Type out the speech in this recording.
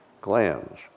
glands